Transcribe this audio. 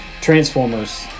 Transformers